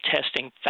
testing